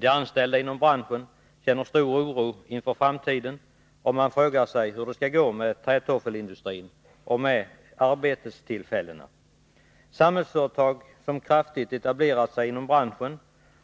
De anställda inom branschen känner stark oro inför framtiden, och man frågar sig hur det skall gå med trätoffelindustrin och med arbetstillfällena där. Samhällsföretag, som har etablerat sig kraftigt inom branschen,